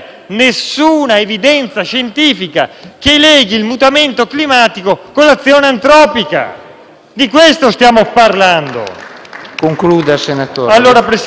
Di questo stiamo parlando.